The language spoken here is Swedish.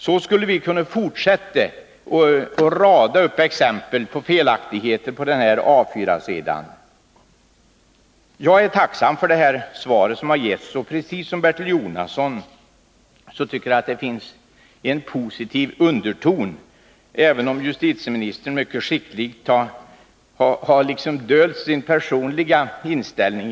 Så skulle vi kunna fortsätta och rada upp exempel på felaktigheter på den här A 4-sidan. Jag är tacksam för det svar som har getts, och precis som Bertil Jonasson tycker jag att det finns en positiv underton, även om justitieministern mycket skickligt liksom har dolt sin personliga inställning.